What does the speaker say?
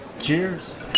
Cheers